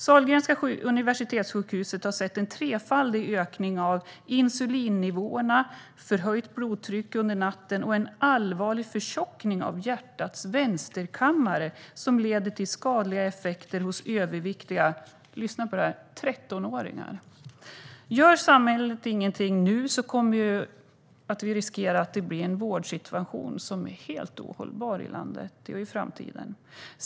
Sahlgrenska Universitetssjukhuset har sett en trefaldig ökning av insulinnivåerna, förhöjt blodtryck under natten och en allvarlig förtjockning av hjärtats vänsterkammare som leder till skadliga effekter hos överviktiga 13-åringar. Om samhället inte gör någonting nu riskerar vi att i framtiden få en vårdsituation i landet som är helt ohållbar.